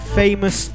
famous